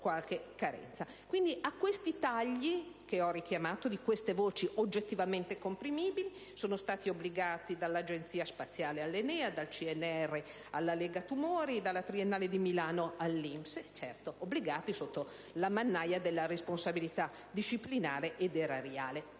Quindi, ai tagli che ho richiamato di queste voci oggettivamente comprimibili, sono stati obbligati dall'Agenzia spaziale all'ENEA, dal CNR alla Lega tumori, dalla Triennale di Milano all'INPS: certo, obbligati sotto la mannaia della responsabilità disciplinare ed erariale.